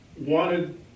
wanted